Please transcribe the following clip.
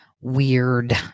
weird